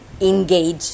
engage